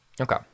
Okay